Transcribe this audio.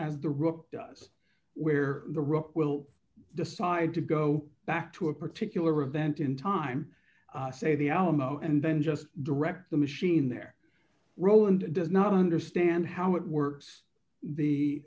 as the rook does where the rock will decide to go back to a particular event in time say the alamo and then just direct the machine there roland does not understand how it works